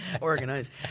organized